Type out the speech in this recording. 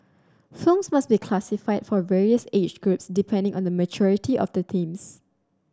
films must be classified for various age groups depending on the maturity of the themes